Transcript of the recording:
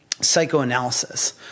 psychoanalysis